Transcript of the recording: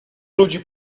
ludzi